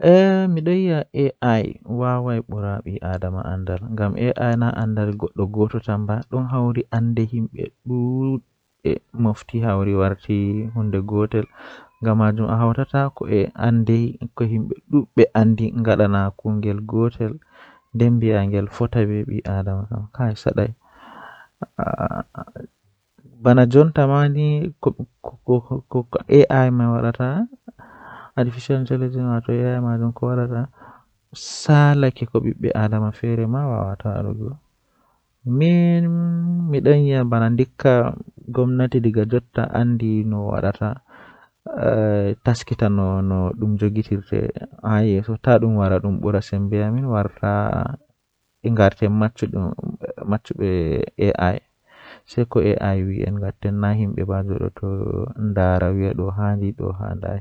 Fijirde jei mi waawata kanjum on jei ɓe wiyata ɗum voli boll Miɗo waɗi ɗum ko tennis, ngona miɗo waɗi kooɗe e lammuɗi ngal. Mi faamaade njamdi ko faamugol, ngona mi waawataa waawugol jogguɗe ko lumuɗi ngal. Ko waɗi yowitere mi faamaade ɓurɗo loowe ngam ngona.